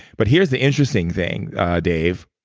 but here's the interesting thing dave